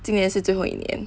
今年是最后一年